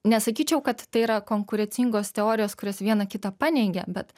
nesakyčiau kad tai yra konkurencingos teorijos kurios viena kitą paneigia bet